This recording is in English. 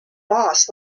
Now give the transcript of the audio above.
boss